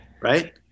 right